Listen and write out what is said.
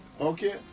okay